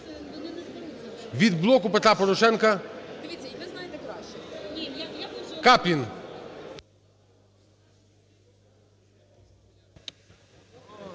Від "Блоку Петра Порошенка" Каплін.